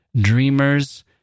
Dreamers